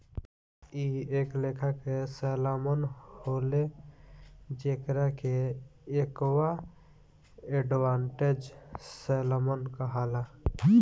इ एक लेखा के सैल्मन होले जेकरा के एक्वा एडवांटेज सैल्मन कहाला